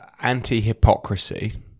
anti-hypocrisy